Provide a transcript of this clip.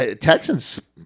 Texans